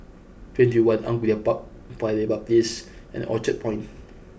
twenty one Angullia Park Paya Lebar Place and Orchard Point